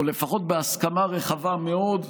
או לפחות בהסכמה רחבה מאוד,